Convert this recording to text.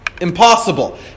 Impossible